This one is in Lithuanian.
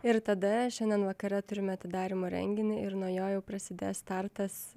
ir tada šiandien vakare turime atidarymo renginį ir nuo jo jau prasidės startas